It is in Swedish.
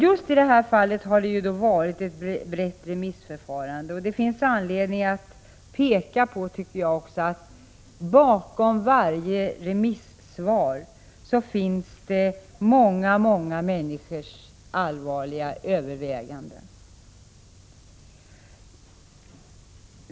Just i det här fallet har det varit ett brett remissförfarande, och det finns anledning att peka på att bakom varje remissvar finns många människors allvarliga överväganden.